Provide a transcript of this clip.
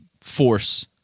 force